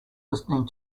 listening